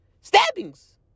Stabbings